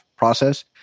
process